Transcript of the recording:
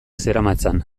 zeramatzan